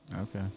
Okay